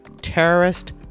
terrorist